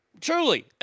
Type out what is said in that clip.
Truly